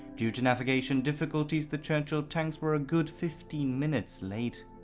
due to navigation difficulties the churchill tanks were a good fifteen minutes late.